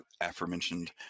aforementioned